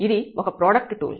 ఇది ఒక product tool